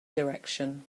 direction